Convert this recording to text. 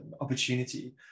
opportunity